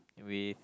with